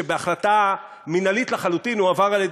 שבהחלטה מינהלית לחלוטין הועבר על-ידי